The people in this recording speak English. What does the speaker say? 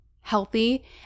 healthy